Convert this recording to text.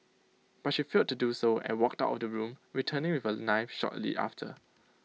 but she failed to do so and walked out of the room returning with A knife shortly after